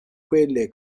quelle